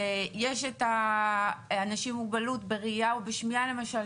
ויש את האנשים עם מוגבלות בראייה או בשמיעה למשל,